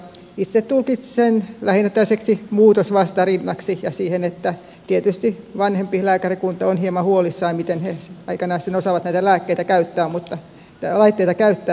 itse tulkitsen sen lähinnä tällaiseksi muutosvastarinnaksi ja tietysti vanhempi lääkärikunta on hieman huolissaan miten he aikanaan sitten osaavat näitä laitteita käyttää